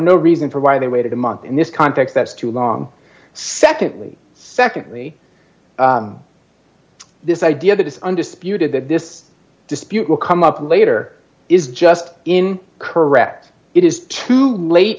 no reason for why they waited a month in this context that's too long secondly secondly this idea that it's undisputed that this dispute will come up later is just in correct it is too late